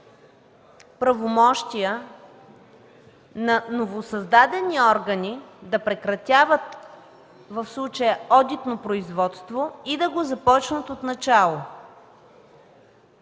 правомощия на новосъздадени органи да прекратяват, в случая одитно производство, и да го започнат отначало.